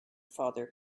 father